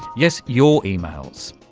yes, your emails.